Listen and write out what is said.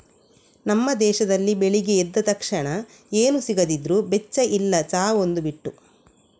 ನಮ್ಮ ದೇಶದಲ್ಲಿ ಬೆಳಿಗ್ಗೆ ಎದ್ದ ತಕ್ಷಣ ಏನು ಸಿಗದಿದ್ರೂ ಬೆಚ್ಚ ಇಲ್ಲ ಚಾ ಒಂದು ಬಿಟ್ಟು